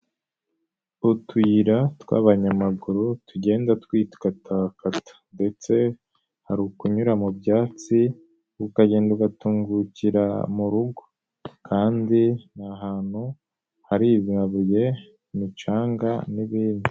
Utuyira tw'abanyamaguru tugenda twikatakata ndetse hari ukunyura mu byatsi, ukagenda ugatungukira mu rugo kandi ni ahantu hari amabuye, imicanga n'ibindi.